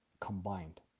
combined